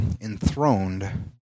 enthroned